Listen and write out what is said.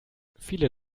viele